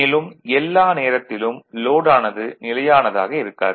மேலும் எல்லா நேரத்திலும் லோட் ஆனது நிலையானதாக இருக்காது